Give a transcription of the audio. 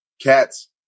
Cats